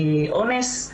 אונס.